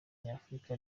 nyafurika